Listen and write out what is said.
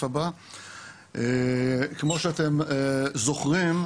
כמו שאתם זוכרים,